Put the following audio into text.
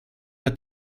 der